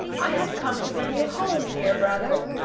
i have come to bring you home, dear brother!